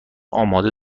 آماده